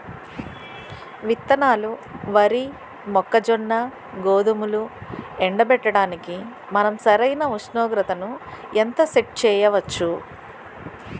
విత్తనాలు వరి, మొక్కజొన్న, గోధుమలు ఎండబెట్టడానికి మనం సరైన ఉష్ణోగ్రతను ఎంత సెట్ చేయవచ్చు?